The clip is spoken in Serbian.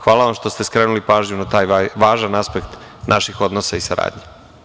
Hvala vam što ste skrenuli pažnju i na taj važan aspekt naših odnosa i saradnje.